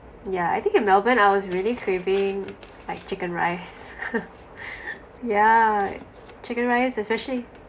yeah I think in melbourne I was really craving like chicken rice yeah chicken rice especially